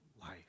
life